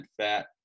fat